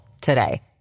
today